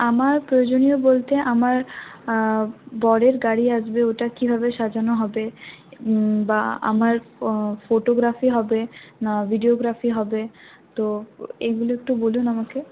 আমার প্রয়োজনীয় বলতে আমার বরের গাড়ি আসবে ওটা কীভাবে সাজানো হবে বা আমার ফটোগ্রাফি হবে না ভিডিওগ্রাফি হবে তো এইগুলো একটু বলুন আমাকে